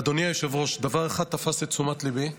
אדוני היושב-ראש, דבר אחד תפס את תשומת ליבי,